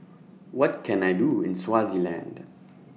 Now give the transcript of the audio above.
What Can I Do in Swaziland